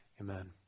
Amen